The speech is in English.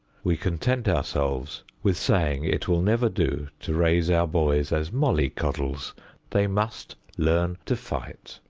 we content ourselves with saying it will never do to raise our boys as molly-coddles they must learn to fight.